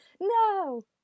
No